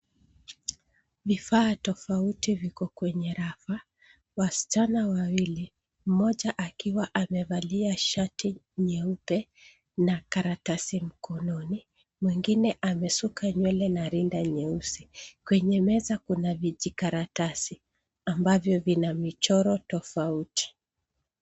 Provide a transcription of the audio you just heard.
Vifaa tofauti viko kwenye rafa. Wasichana wawili, mmoja akiwa amevalia shati nyeupe na karatasi mkononi mwingine ameshuka nywele na rinda nyeusi. Kwenye meza, kuna vijikaratasi ambavyo vina michoro tofauti.